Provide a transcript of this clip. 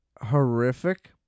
horrific